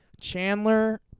Chandler